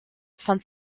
fand